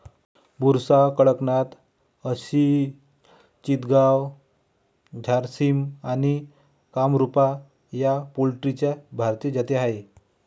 बुसरा, कडकनाथ, असिल चितगाव, झारसिम आणि कामरूपा या पोल्ट्रीच्या भारतीय जाती आहेत